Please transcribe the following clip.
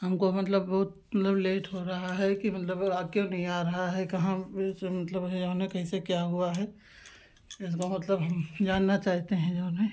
हमको मतलब बहुत मतलब लेट हो रहा है कि मतलब क्यों नहीं आ रहा है कहाँ बीच मतलब है जो है कैसे क्या हुआ है इसका मतलब हम जानना चाहते हैं जऊन है